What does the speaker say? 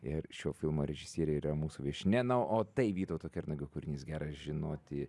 ir šio filmo režisierė yra mūsų viešnia na o tai vytauto kernagio kūrinys gera žinoti